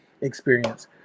experience